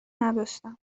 نداشتم